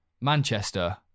Manchester